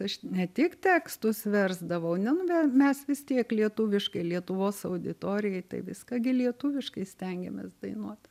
aš ne tik tekstus versdavau ne mes vis tiek lietuviškai lietuvos auditorijai tai viską gi lietuviškai stengiamės dainuot